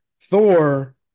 Thor